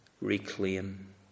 reclaim